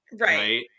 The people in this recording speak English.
right